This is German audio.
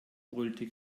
brüllte